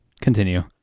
Continue